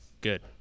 good